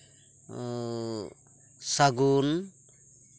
ᱥᱟᱹᱜᱩᱱ